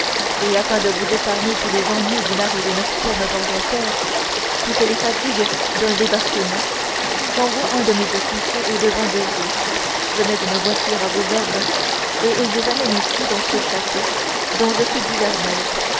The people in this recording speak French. et afin de vous épargner tous les ennuis d'une arrivée nocturne dans un port toutes les fatigues d'un débarquement j'envoie un de mes officiers au-devant de vous je mets une voiture à ses ordres et il vous amène ici dans ce château dont je suis gouverneur